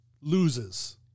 loses